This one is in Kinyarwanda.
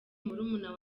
murumuna